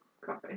Coffee